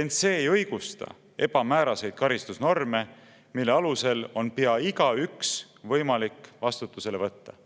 ent see ei õigusta ebamääraseid karistusnorme, mille alusel on pea igaüks võimalik vastutusele võtta."